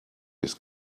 his